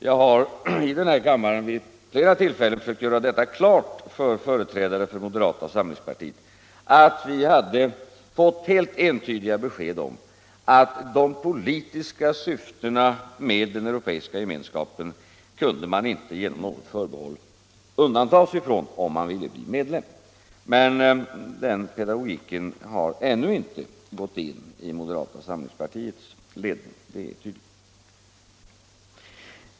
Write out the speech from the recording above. Jag har i den här kammaren vid flera tillfällen försökt göra klart för företrädare för moderata samlingspartiet att vi hade fått entydiga besked om att man inte genom något förbehåll kunde dra sig undan från de politiska syftena med den europeiska gemenskapen om man ville bli medlem. Men den pedagogiken har ännu inte gått in hos moderata samlingspartiets ledning, det är tydligt.